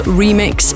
remix